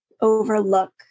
overlook